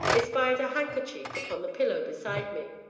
espied a handkerchief upon the pillow beside me.